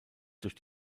durch